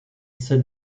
sir